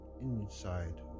inside